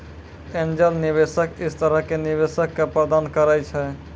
angel निवेशक इस तरह के निवेशक क प्रदान करैय छै